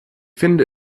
finde